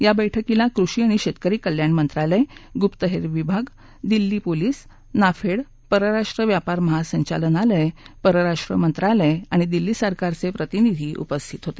या बैठकीला कृषि आणि शेतकरी कल्याण मंत्रालय गुप्तहेर विभाग दिल्ली पुलिस नाफेडपरराष्ट्र व्यापार महासंचालनालय परराष्ट्र मंत्रालय आणि दिल्ली सरकारचे प्रतिनिधि उपस्थित होते